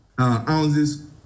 ounces